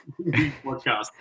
Podcast